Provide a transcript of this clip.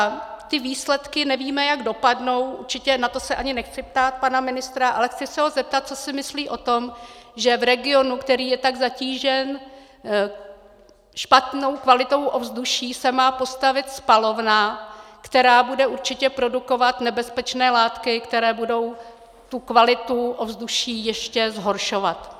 Nevíme, jak ty výsledky dopadnou, na to se ani nechci ptát pana ministra, ale chci se ho zeptat, co si myslí o tom, že v regionu, který je tak zatížen špatnou kvalitou ovzduší, se má postavit spalovna, která bude určitě produkovat nebezpečné látky, které budou kvalitu ovzduší ještě zhoršovat.